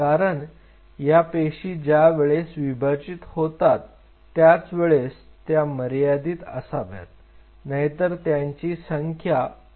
कारण या पेशी ज्यावेळेस विभाजित होतात त्यावेळेस त्या मर्यादित असाव्यात नाहीतर त्यांची संख्या अमर्याद होऊ शकते